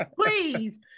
please